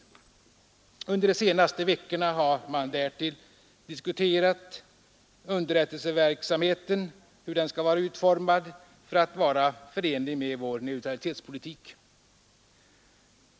Under de senaste veckorna har man därtill diskuterat hur underrättelseverksamheten skall vara utformad för att vara förenlig med vår neutralitetspolitik.